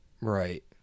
Right